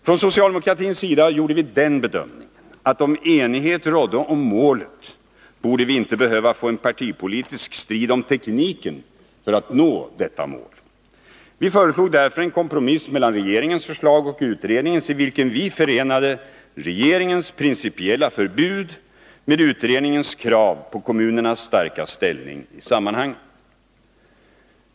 Från socialdemokratins sida gjorde vi den bedömningen att om enighet rådde om målet, borde vi inte behöva få en partipolitisk strid om tekniken för att nå detta mål. Vi föreslog därför en kompromiss mellan regeringens förslag och utredningens, i vilken vi förenade regeringens principiella förbud med utredningens krav på kommunernas starka ställning i sammanhanget.